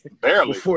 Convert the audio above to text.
Barely